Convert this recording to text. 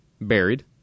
buried